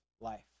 life